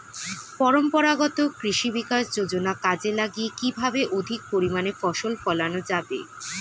পরম্পরাগত কৃষি বিকাশ যোজনা কাজে লাগিয়ে কিভাবে অধিক পরিমাণে ফসল ফলানো যাবে?